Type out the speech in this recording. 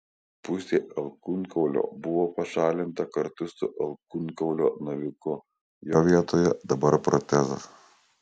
pusė alkūnkaulio buvo pašalinta kartu su alkūnkaulio naviku jo vietoje dabar protezas